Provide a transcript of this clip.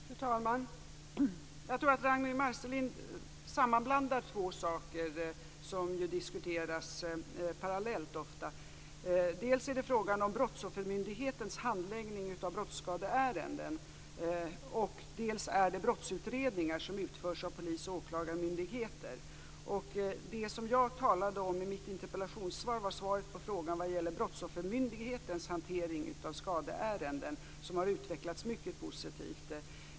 Fru talman! Jag tror att Ragnwi Marcelind sammanblandar två saker som ofta diskuteras parallellt. Det är dels Brottsoffermyndighetens handläggning av brottsskadeärenden, dels brottsutredningar som utförs av polis och åklagarmyndigheter. Det som jag talade om i mitt interpellationssvar gäller Brottsoffermyndighetens hantering av skadeärenden som har utvecklats mycket positivt.